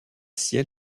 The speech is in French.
ciel